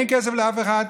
אין כסף לאף אחד,